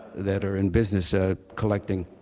that are in business ah collecting